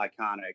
iconic